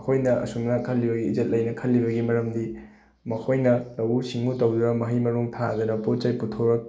ꯑꯩꯈꯣꯏꯅ ꯑꯁꯨꯝꯅ ꯏꯖꯠ ꯂꯩꯅ ꯈꯜꯂꯤꯕꯒꯤ ꯃꯔꯝꯗꯤ ꯃꯈꯣꯏꯅ ꯂꯧꯎ ꯁꯤꯡꯎ ꯇꯧꯔꯤꯕ ꯃꯍꯩ ꯃꯔꯣꯡ ꯊꯥꯗꯅ ꯄꯣꯠ ꯆꯩ ꯄꯨꯊꯣꯔꯛ